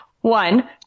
one